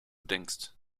denkst